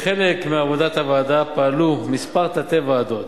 כחלק מעבודת הוועדה פעלו כמה תת-ועדות: